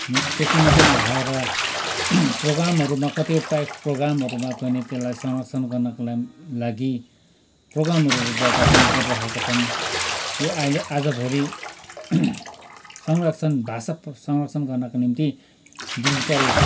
त्यति मात्र नभएर प्रोग्रामहरूमा कतिपय प्रोग्रामहरूमा पनि त्यसलाई संरक्षण गर्नको लागि प्रोग्रामहरूबाट पनि गरिराखेका छन् यो अहिले आजभोलि संरक्षण भाषा संरक्षण गर्नका निम्ति डिजिटल